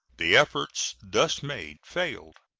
the efforts thus made failed,